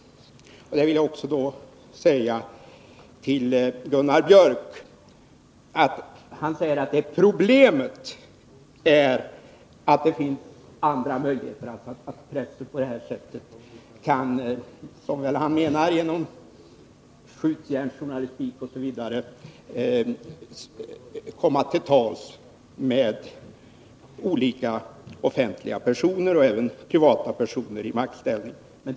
Gunnar Biörck sade att problemet är att det finns andra möjligheter för pressen — jag förmodar att han bl.a. menar genom s.k. skjutjärnsjournalistik — att komma till tals med olika offentliga personer och även privatpersoner i maktställning.